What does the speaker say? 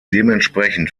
dementsprechend